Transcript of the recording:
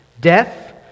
death